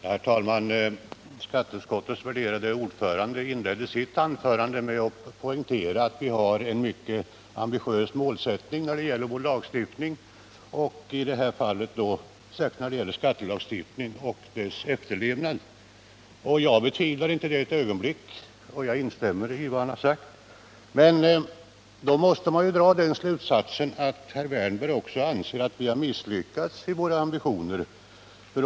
Herr talman! Skatteutskottets värderade ordförande inledde sitt anförande med att poängtera att vi har en mycket ambitiös målsättning när det gäller vår lagstiftning, särskilt när det gäller skattelagstiftningen och dess efterlevnad. Jag betvivlar inte detta ett ögonblick, och jag instämmer i vad herr Wärnberg sade. Men då måste man dra den slutsatsen att herr Wärnberg också anser att vi har misslyckats i våra ambitioner.